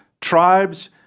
tribes